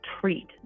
treat